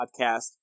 podcast